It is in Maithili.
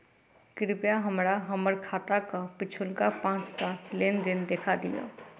कृपया हमरा हम्मर खाताक पिछुलका पाँचटा लेन देन देखा दियऽ